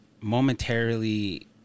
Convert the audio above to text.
momentarily